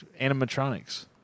animatronics